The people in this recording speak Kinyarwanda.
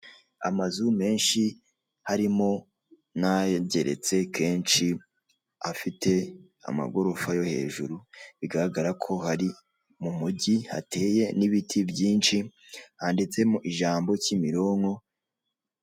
Amazu menshi harimo n'ageretse kenshi afite amagorofa yo hejuru bigaragara ko ari mu mujyi hateye n'ibiti byinshi handitsemo ijambo kimironko.